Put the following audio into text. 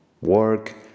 work